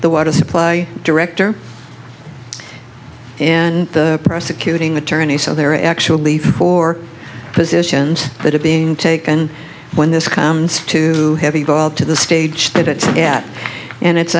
the water supply director and the prosecuting attorney so there are actually four positions that are being taken when this comes to have evolved to the stage that it's at and it's